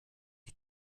die